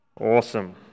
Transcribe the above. Awesome